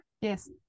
Yes